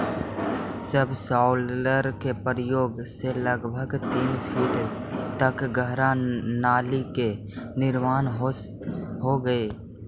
subsoiler के प्रयोग से लगभग तीन फीट तक गहरा नाली के निर्माण होवऽ हई